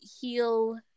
heal